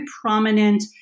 prominent